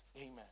Amen